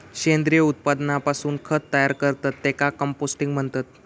सेंद्रिय उत्पादनापासून खत तयार करतत त्येका कंपोस्टिंग म्हणतत